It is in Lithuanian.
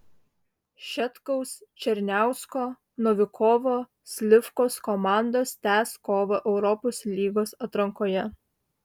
šetkaus černiausko novikovo slivkos komandos tęs kovą europos lygos atrankoje